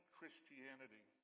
Christianity